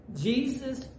Jesus